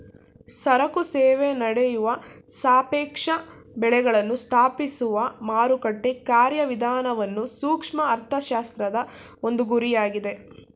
ಸರಕು ಸೇವೆ ನಡೆಯುವ ಸಾಪೇಕ್ಷ ಬೆಳೆಗಳನ್ನು ಸ್ಥಾಪಿಸುವ ಮಾರುಕಟ್ಟೆ ಕಾರ್ಯವಿಧಾನವನ್ನು ಸೂಕ್ಷ್ಮ ಅರ್ಥಶಾಸ್ತ್ರದ ಒಂದು ಗುರಿಯಾಗಿದೆ